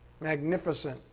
Magnificent